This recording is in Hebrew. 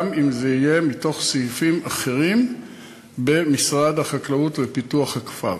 גם אם זה יהיה מתוך סעיפים אחרים במשרד החקלאות ופיתוח הכפר.